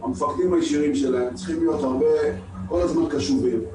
המפקדים הישירים שלהם צריכים להיות כל הזמן קשובים,